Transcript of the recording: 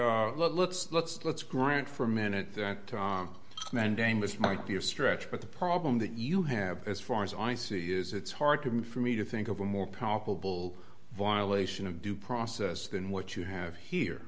looks let's let's grant for a minute that mandamus might be a stretch but the problem that you have as far as i see is it's hard for me to think of a more powerful bull violation of due process than what you have here